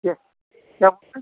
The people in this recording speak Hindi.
क्या क्या है